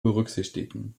berücksichtigen